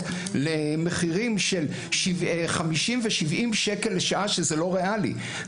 למחירים של 50 ו-70 שקל לשעה שזה לא ריאלי.